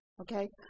okay